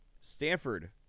Stanford